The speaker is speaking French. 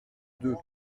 deux